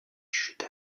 chute